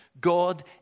God